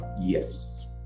yes